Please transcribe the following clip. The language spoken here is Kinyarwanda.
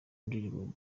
ndirimbo